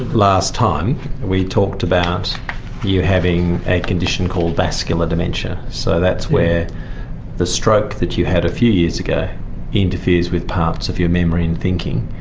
last time we talked about you having a condition called vascular dementia. so that's where the stroke that you had a few years ago interferes with parts of your memory and thinking,